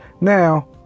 Now